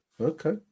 Okay